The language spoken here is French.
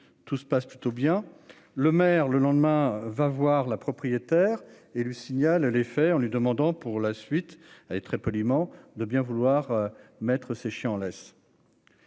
tout se passe plutôt bien, le maire, le lendemain, va voir la propriétaire et le signale les faits en lui demandant pour la suite, très poliment, de bien vouloir mettre ses chiens en laisse.